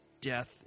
death